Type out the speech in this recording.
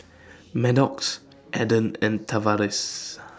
Maddox Adan and Tavares